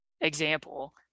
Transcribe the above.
example